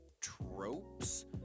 tropes